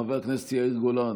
חבר הכנסת יאיר גולן,